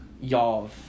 Y'all